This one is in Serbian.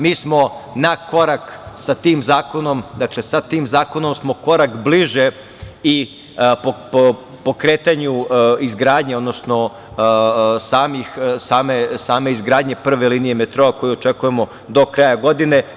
Mi smo na korak sa tim zakonom, korak smo bliže i pokretanju izgradnje, odnosno same izgradnje prve linije metroa koju očekujemo do kraja godine.